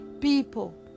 people